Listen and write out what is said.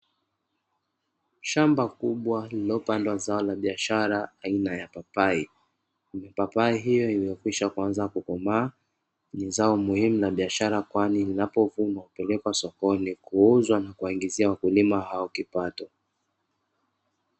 Shamba kubwa lililopandwa zao la biashara aina ya papai. Mipapai hiyo imekwishaanza kukomaa, ni zao muhimu la biashara kwani linapo vunwa nakupelekwa sokoni kuuzwa nakuwaingizia wakulima hao kipato.